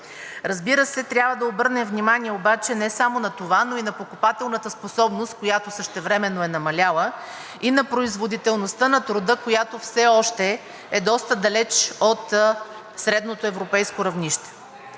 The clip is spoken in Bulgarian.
Разбира се, трябва да обърнем внимание обаче не само на това, но и на покупателната способност, която същевременно е намаляла, и на производителността на труда, която все още е доста далеч от средното европейско равнище.